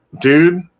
dude